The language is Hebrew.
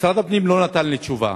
משרד הפנים לא נתן לי תשובה,